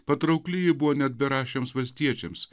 patraukli ji buvo net beraščiams valstiečiams